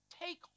take